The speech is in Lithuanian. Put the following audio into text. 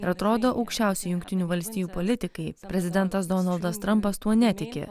ir atrodo aukščiausių jungtinių valstijų politikai prezidentas donaldas trampas tuo netiki